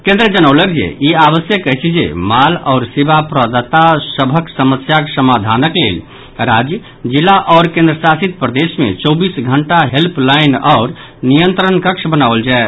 केन्द्र जनौलक जे ई आवश्यक अछि जे माल आओर सेवा प्रदाता सभक समस्याक समाधानक लेल राज्य जिला आओर केन्द्रशासित प्रदेश मे चौबीस घंटा हेल्पलाईन आओर नियंत्रण कक्ष बनाओल जाय